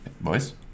Boys